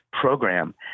program